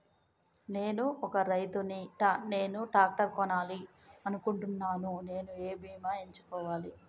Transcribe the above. నేను ఒక రైతు ని నేను ట్రాక్టర్ కొనాలి అనుకుంటున్నాను నేను ఏ బీమా ఎంచుకోవాలి?